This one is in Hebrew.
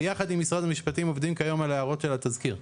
ביחד עם משרד המשפטים עובדים כיום על ההערות של התזכיר.